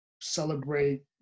celebrate